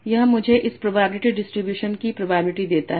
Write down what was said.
यह मुझे इस प्रोबेबिलिटी डिस्ट्रीब्यूशन की प्रोबेबिलिटी देता है